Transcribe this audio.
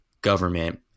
government